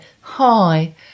hi